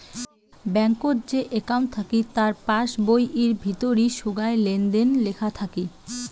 ব্যাঙ্কত যে একউন্ট থাকি তার পাস বইয়ির ভিতরি সোগায় লেনদেন লেখা থাকি